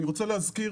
אני רוצה להזכיר